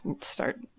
start